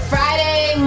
Friday